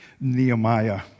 Nehemiah